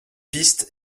piste